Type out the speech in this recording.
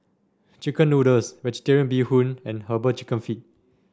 chicken noodles vegetarian Bee Hoon and herbal chicken feet